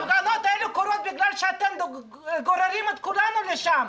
ההפגנות האלה קורות בגלל שאתם גוררים את כולנו לשם.